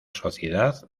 sociedad